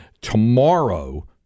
Tomorrow